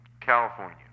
California